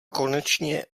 konečně